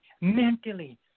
mentally